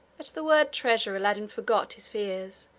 at the word treasure aladdin forgot his fears,